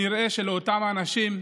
נראה שלאותם אנשים,